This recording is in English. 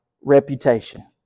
reputation